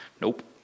Nope